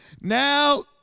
now